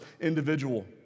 individual